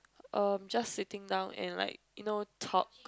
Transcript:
uh just sitting down and like you know talk